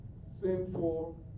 sinful